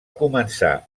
començar